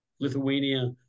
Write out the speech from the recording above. Lithuania